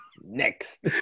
Next